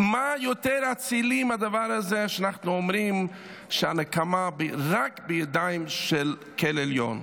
מה יותר אצילי מהדבר הזה שאנחנו אומרים שהנקמה רק בידיים של ק-ל עליון?